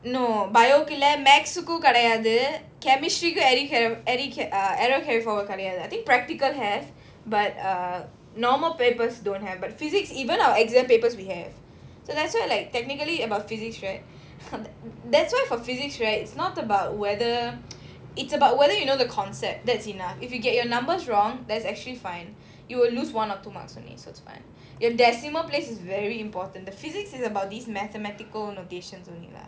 no biology கு இல்ல:ku illa mathematics கும் கெடயாது:kum kedayaathu chemistry கும்:kum error carry error carry uh error carry forward கெடயாது:kedayaathu I think practical have but uh normal papers don't have but physics even our exam papers we have and like so like technically about physics right that's why for physics right it's not about whether it's about whether you know the concept that's enough if you get your numbers wrong that's actually fine you will lose one or two marks only so it's fine your decimal place is very important the physics is about these mathematical notations only lah